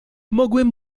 mogłem